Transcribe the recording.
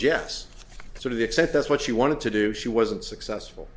jess sort of except that's what she wanted to do she wasn't successful